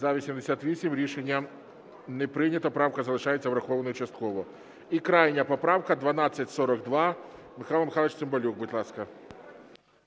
За-88 Рішення не прийнято. Правка залишається врахованою частково. І крайня поправка 1242. Михайло Михайлович Цимбалюк, будь ласка.